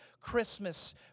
Christmas